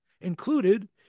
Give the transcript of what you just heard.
included